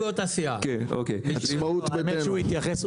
חקלאות אי-אפשר לפספס.